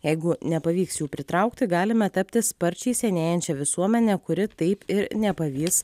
jeigu nepavyks jų pritraukti galime tapti sparčiai senėjančia visuomene kuri taip ir nepavys